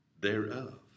thereof